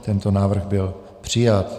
Tento návrh byl přijat.